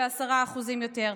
10% יותר,